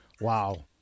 Wow